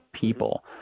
people